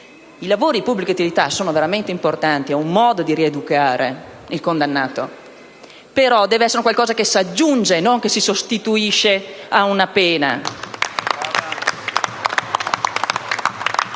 I lavori di pubblica utilità sono veramente importanti, sono un modo di rieducare il condannato, però devono essere un qualcosa che si aggiunge, e non che si sostituisce, alla pena.